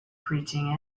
preaching